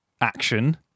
action